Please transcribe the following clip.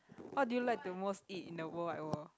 what do you like to most eat in the world wide world